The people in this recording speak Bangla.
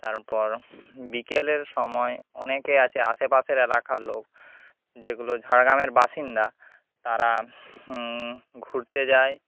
তারপর বিকেলের সময় অনেকে আছে আশেপাশের এলাকার লোক যেগুলো ঝাড়গ্রামের বাসিন্দা তারা ঘুরতে যায়